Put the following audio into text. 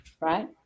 right